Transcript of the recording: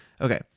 Okay